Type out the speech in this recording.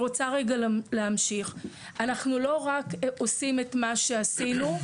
אנחנו לא רק עושים את מה שעשינו.